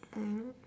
and